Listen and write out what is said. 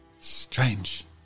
Strange